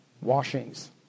Washings